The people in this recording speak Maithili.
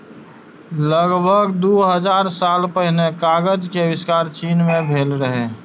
लगभग दू हजार साल पहिने कागज के आविष्कार चीन मे भेल रहै